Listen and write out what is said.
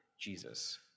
Jesus